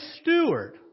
steward